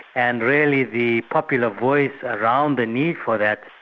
and really the popular voice around the need for that,